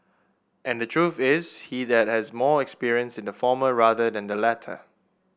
and the truth is he that has more experience in the former rather than the latter